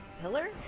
Pillar